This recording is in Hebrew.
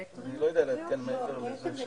הצעה לדיון מהיר בנושא מתן הקלות בקבלה